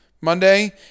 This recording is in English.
Monday